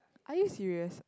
are you serious